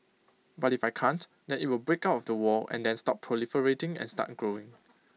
but if I can't then IT will break out of the wall and then stop proliferating and start growing